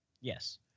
Yes